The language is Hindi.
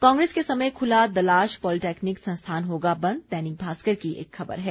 कांग्रेस के समय खुला दलाश पॉलीटेक्निक संस्थान होगा बंद दैनिक भास्कर की एक खबर है